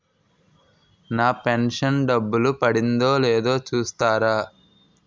నా pension డబ్బులు పడిందో లేదో చూస్తారా?